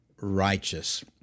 righteous